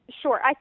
Sure